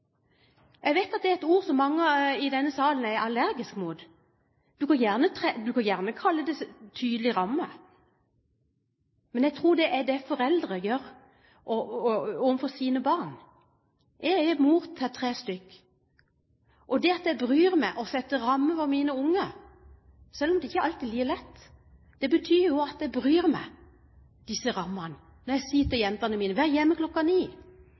Jeg vet at det er et ord som mange i denne salen er allergisk mot. En kan gjerne kalle det tydelige rammer, og jeg tror det er det foreldre setter for sine barn. Jeg er mor til tre, og jeg bryr meg og setter rammer for mine barn, selv om det ikke alltid er like lett. Disse rammene betyr jo at jeg bryr meg. Når jeg sier til jentene mine at de skal være hjemme klokka ni,